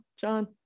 john